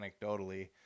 anecdotally